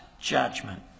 judgment